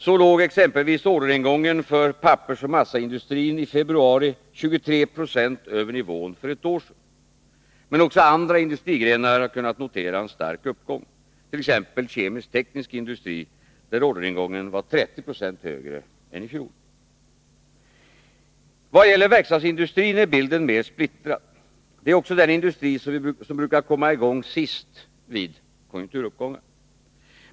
Så låg exempelvis orderingången för pappersoch massaindustrin i februari på 23 26 över nivån för ett år sedan. Men också andra industrigrenar har kunnat notera en stark uppgång, t.ex. kemisk-teknisk industri, där orderingången var 30 96 högre än i fjol. Vad gäller verkstadsindustrin är bilden mer splittrad. Det är också den industri som brukar komma i gång sist vid konjunkturuppgångar.